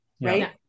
right